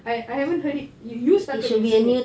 I I haven't heard it you started using it